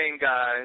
guys